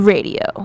Radio